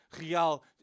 Real